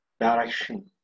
direction